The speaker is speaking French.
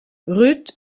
ruth